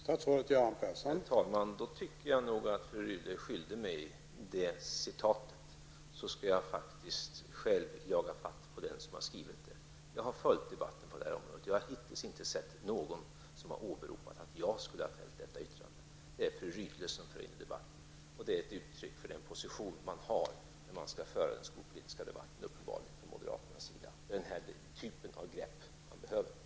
Herr talman! Då tycker jag nog att fru Rydle är skyldig mig det citatet så att jag själv kan jaga fatt på den som har skrivit det. Jag har följt debatten på området, och jag har hittills inte hört någon åberopa att jag skulle ha fällt detta yttrande. Det är fru Rydle som för in det i debatten. Det är ett uttryckt för den position man uppenbarligen har när man från moderaternas sida skall föra en skolpolitisk debatt. Då behöver man tydligen den här typen av grepp.